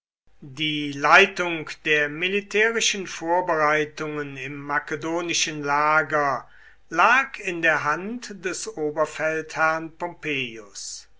die leitung der militärischen vorbereitungen im makedonischen lager lag in der hand des oberfeldherrn pompeius